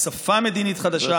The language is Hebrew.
משפה מדינית חדשה,